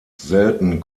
selten